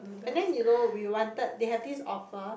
and then you know we wanted they have this offer